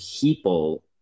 people